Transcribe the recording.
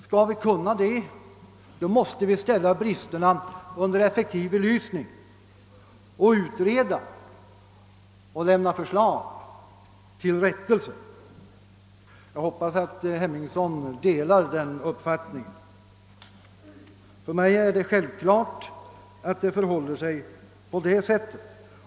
Skall vi lyckas med detta måste vi ställa bristerna under effektiv belysning och utreda förhållandena och lämna förslag till rättelse. Jag hoppas att herr Henningsson delar denna uppfattning. För mig är det självklart att det förhåller sig på det sättet.